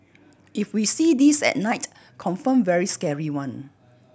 if we see this at night confirm very scary one